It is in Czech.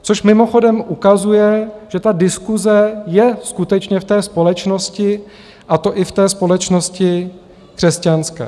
Což mimochodem ukazuje, že ta diskuse je skutečně v té společnosti, a to i v té společnosti křesťanské.